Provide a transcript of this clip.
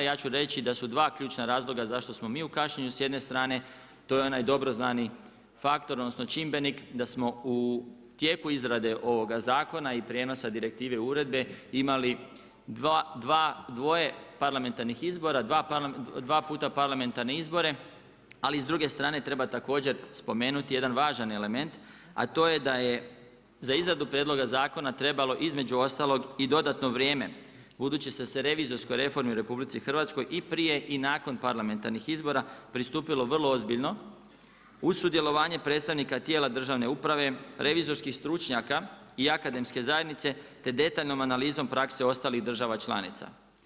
Ja ću reći da su dva ključna razloga zašto smo mi u kašnjenju s jedne strane, to je onaj dobro znani faktor odnosno čimbenik da smo u tijeku izrade ovoga zakona i prijenosa direktive uredbe imali dva puta parlamentarne izbora, ali s druge strane treba također spomenuti jedan važan element, a to je da je za izradu prijedloga zakona trebalo između ostalog i dodatno vrijeme, budući se revizorskoj reformi u RH i prije i nakon parlamentarnih izbora pristupilo vrlo ozbiljno uz sudjelovanje predstavnika tijela državne uprave, revizorskih stručnjaka i akademske zajednice te detaljnom analizom prakse ostalih država članica.